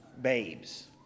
babes